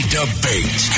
debate